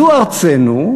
זו ארצנו.